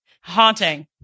haunting